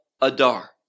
Adar